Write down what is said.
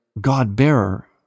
God-bearer